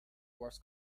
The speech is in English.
was